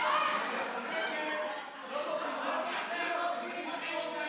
הלאומי (תיקון, ביטוח שאירים לאלמן),